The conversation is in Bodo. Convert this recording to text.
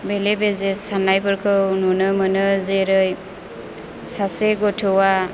बेले बेजे साननायफोरखौ नुनो मोनो जेरै सासे गथ'आ